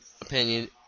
opinion